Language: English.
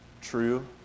true